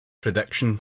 prediction